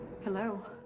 Hello